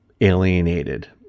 alienated